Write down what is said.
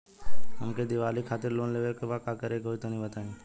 हमके दीवाली खातिर लोन लेवे के बा का करे के होई तनि बताई?